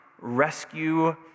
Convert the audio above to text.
rescue